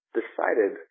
decided